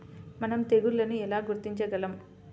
మనం తెగుళ్లను ఎలా గుర్తించగలం?